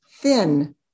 thin